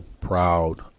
proud